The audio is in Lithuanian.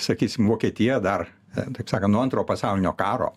sakysim vokietija dar taip sakant nuo antro pasaulinio karo